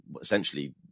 essentially